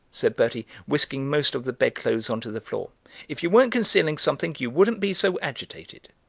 said bertie, whisking most of the bedclothes on to the floor if you weren't concealing something you wouldn't be so agitated.